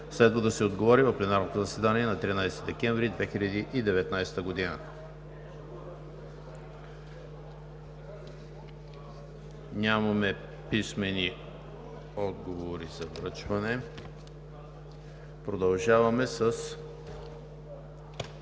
Следва да се отговори в пленарното заседание на 13 декември 2019 г. Нямаме писмени отговори за връчване. Продължаваме с